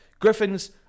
Griffins